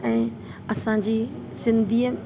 ऐं असांजी सिंधीअ